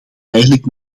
eigenlijk